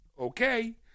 okay